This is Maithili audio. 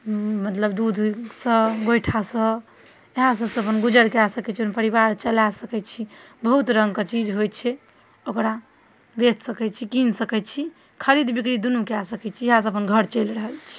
मतलब दूधसँ गोइठासँ ईहए सबसँ अपन गुजर कए सकै छी अपन परिवार चलए सकै छी बहुत रङ्गके चीज होइ छै ओकरा बेच सकै छी कीन सकै छी खरीद बिक्री दुन्नु कए सकै छी ईहए सँ अपन घर चैल रहल छै